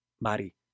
Mari